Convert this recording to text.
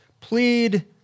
plead